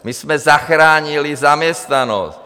My jsme zachránili zaměstnanost.